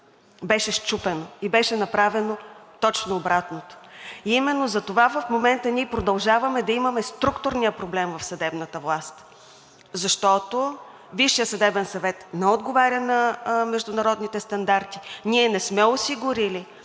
беше счупено и беше направено точно обратното. Именно затова в момента продължаваме да имаме структурния проблем в съдебната власт, защото Висшият съдебен съвет не отговаря на международните стандарти, ние не сме осигурили